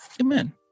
Amen